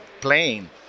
playing